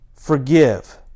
forgive